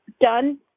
done